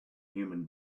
human